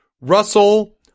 russell